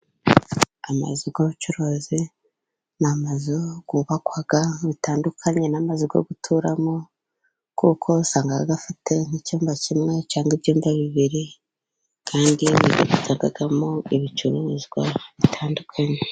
Amazu y'ubucuruzi ni amazu yubakwa bitandukanye n'amazu yo guturamo, kuko usanga afite nk'icyumba kimwe cyangwa ibyumba bibiri, kandi babikamo ibicuruzwa bitandukanye.